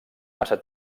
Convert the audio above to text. massa